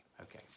Okay